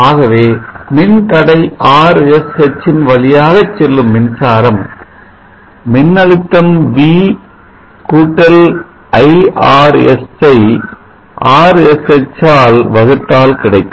ஆகவே மின்தடை Rsh ன் வழியாக செல்லும் மின்சாரம் மின்னழுத்தம் v கூட்டல் iRs ஐ Rsh ஆல் வகுத்தால் கிடைக்கும்